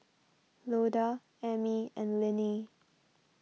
Loda Amie and Linnie